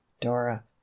dora